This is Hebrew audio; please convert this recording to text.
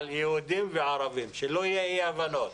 על יהודים וערבים, שלא יהיו אי הבנות,